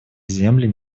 земли